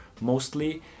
mostly